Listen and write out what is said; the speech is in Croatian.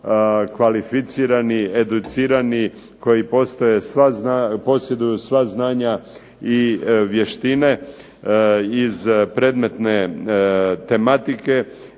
kvalificirani, educirani, koji posjeduju sva znanja i vještine iz predmetne tematike